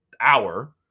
hour